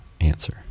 answer